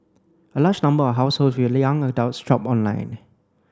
a larger number of households with the young adults shopped online